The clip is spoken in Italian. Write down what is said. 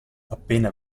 appena